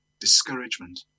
Discouragement